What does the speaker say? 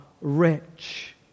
rich